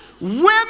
Women